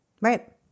Right